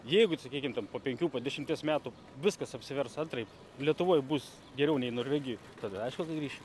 jeigu sakykim ten po penkių po dešimties metų viskas apsivers antraip lietuvoj bus geriau nei norvegijoj tada aišku ka grįšim